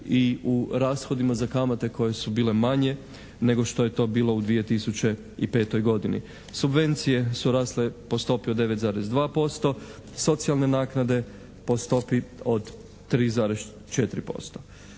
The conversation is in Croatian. i u rashodima za kamate koje su bile manje nego što je to bilo u 2005. godini. Subvencije su rasle po stopi od 9,2%, socijalne naknade po stopi od 3,4%.